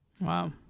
Wow